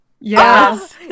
Yes